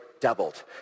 doubled